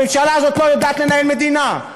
הממשלה הזאת לא יודעת לנהל מדינה.